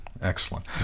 Excellent